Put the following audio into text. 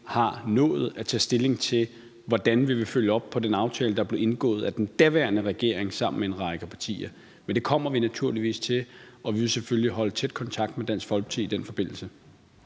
ikke nået at tage stilling til, hvordan vi vil følge op på den aftale, der blev indgået af den daværende regering sammen med en række partier. Men det kommer vi naturligvis til, og vi vil selvfølgelig holde tæt kontakt med Dansk Folkeparti i den forbindelse.